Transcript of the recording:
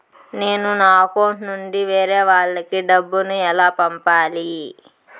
నేను నా అకౌంట్ నుండి వేరే వాళ్ళకి డబ్బును ఎలా పంపాలి?